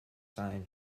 side